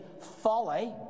folly